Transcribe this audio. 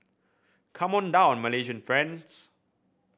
come on down Malaysian friends